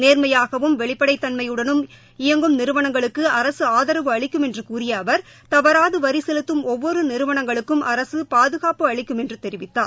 நேர்மையாகவும் வெளிப்படைத் தன்மையுடனும் இயங்கும நிறுவனங்களுக்கு அரசு ஆதரவு அளிக்கும் என்று கூறிய அவா் தவறாது வரி செலுத்தும் ஒவ்வொரு நிறுவனங்களுக்கும் அரசு பாதுகாப்பு அளிக்கும் ் என்று தெரிவித்தார்